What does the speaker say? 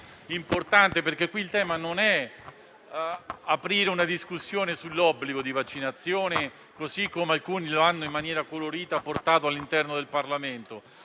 importante, perché il tema non è aprire una discussione sull'obbligo di vaccinazione, così come alcuni hanno fatto in maniera colorita all'interno del Parlamento.